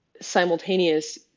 simultaneous